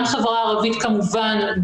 גם חברה הערבית כמובן,